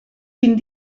vint